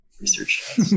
Research